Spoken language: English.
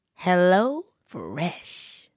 HelloFresh